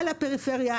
על הפריפריה,